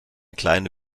kleine